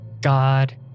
God